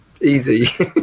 easy